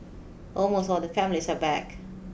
almost all the families are back